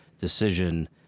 decision